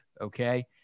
okay